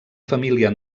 família